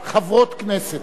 שתיהן, כמוך, חברות כנסת.